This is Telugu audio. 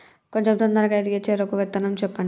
కొంచం తొందరగా ఎదిగే చెరుకు విత్తనం చెప్పండి?